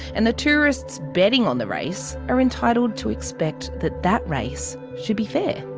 and the tourists betting on the race are entitled to expect that that race should be fair.